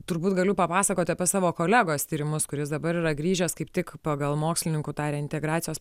turbūt galiu papasakoti apie savo kolegos tyrimus kuris dabar yra grįžęs kaip tik pagal mokslininkų tą reintegracijos